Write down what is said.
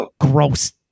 gross